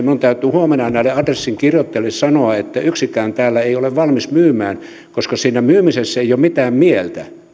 minun täytyy huomenna näille adressin kirjoittajille sanoa että yksikään täällä ei ole valmis myymään koska siinä myymisessä ei ole mitään mieltä